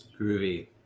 Groovy